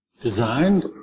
designed